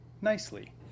Nicely